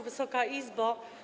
Wysoka Izbo!